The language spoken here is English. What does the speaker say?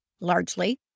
largely